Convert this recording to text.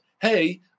Hey